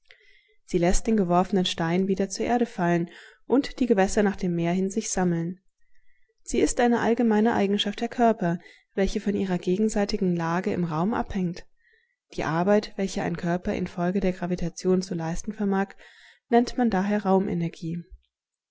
sie läßt den geworfenen stein wieder zur erde fallen und die gewässer nach dem meer hin sich sammeln sie ist eine allgemeine eigenschaft der körper welche von ihrer gegenseitigen lage im raum abhängt die arbeit welche ein körper infolge der gravitation zu leisten vermag nennt man daher raumenergie wenn